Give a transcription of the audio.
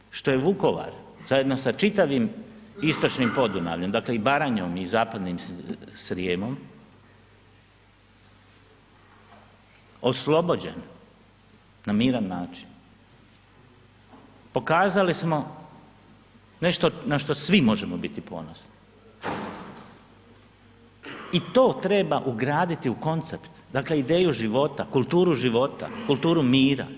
Po tome što je Vukovar zajedno sa čitavim istočnim Podunavljem, dakle i Baranjom i zapadnim Srijemom, oslobođen na miran način, pokazali smo nešto na što svi možemo biti ponosni i to treba ugraditi u koncept, dakle ideju života, kulturu života, kulturu mira.